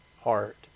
heart